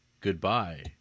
Goodbye